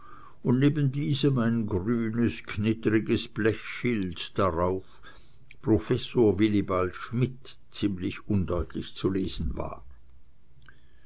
und neben diesem ein grünes knittriges blechschild darauf professor wilibald schmidt ziemlich undeutlich zu lesen war